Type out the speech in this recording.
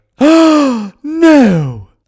No